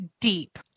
deep